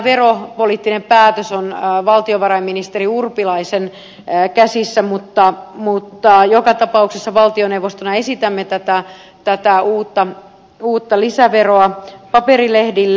ensinnäkin tämä veropoliittinen päätös on valtiovarainministeri urpilaisen käsissä mutta joka tapauksessa valtioneuvostona esitämme tätä uutta lisäveroa paperilehdille